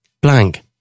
blank